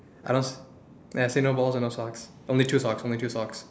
I don't yeah I see no balls and no socks only two socks only two socks